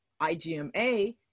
IGMA